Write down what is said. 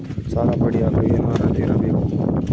ಸಾಲ ಪಡಿಯಕ ಏನು ಅರ್ಹತೆ ಇರಬೇಕು?